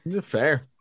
Fair